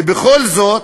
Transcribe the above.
ובכל זאת,